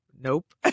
nope